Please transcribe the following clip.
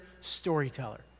storyteller